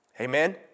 Amen